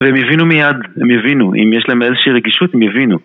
והם יבינו מיד, הם יבינו, אם יש להם איזושהי רגישות הם יבינו